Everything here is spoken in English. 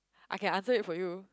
I can answer it for you